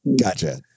Gotcha